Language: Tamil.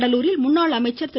கடலூரில் முன்னாள் அமைச்சர் திரு